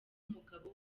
umugabo